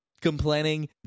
complaining